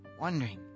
wondering